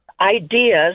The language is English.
ideas